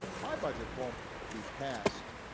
my budget won't be passed,